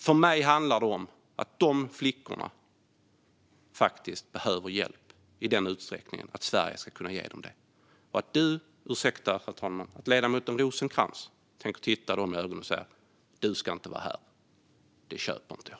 För mig handlar det om att dessa flickor faktiskt behöver hjälp i en sådan utsträckning att Sverige ska kunna ge dem det. Att ledamoten Rosencrantz tänker titta dem i ögonen och säga "Du ska inte vara här", det köper jag inte.